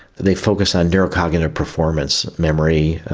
they focus on neurocognitive performance, memory,